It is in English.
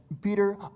Peter